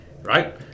right